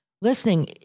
listening